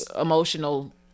emotional